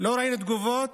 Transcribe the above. לא ראינו תגובות